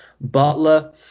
Butler